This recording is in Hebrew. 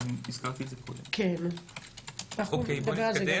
הרפורמה בכבאות לא אפרט כי זה מתקיים